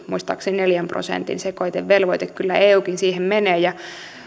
muistaakseni neljän prosentin sekoitevelvoite joten kyllä eukin siihen menee ja